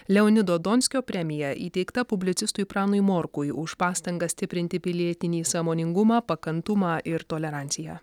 leonido donskio premija įteikta publicistui pranui morkui už pastangas stiprinti pilietinį sąmoningumą pakantumą ir toleranciją